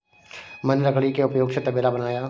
मैंने लकड़ी के उपयोग से तबेला बनाया